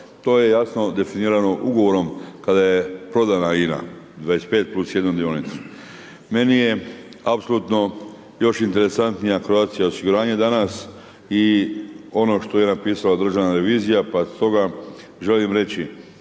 To je jasno definirano ugovorom kada je prodana INA, 25 plus jednu dionicu. Meni je apsolutno još interesantnije Croatia osiguranje danas i ono što je napisala državna revizija, pa stoga želim reći